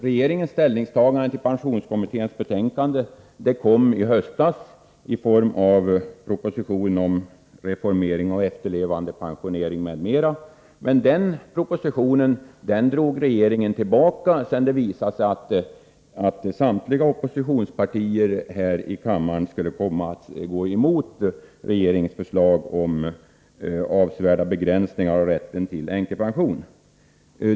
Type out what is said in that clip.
Regeringens ställningstagande till pensionskommitténs betänkande kom i höstas i form av propositionen om reformering av efterlevandepensionering m.m. Den propositionen drog regeringen tillbaka sedan det visat sig att samtliga oppositionspartier här i kammaren skulle komma att gå emot regeringens förslag om avsevärda begränsningar av rätten till änkepension.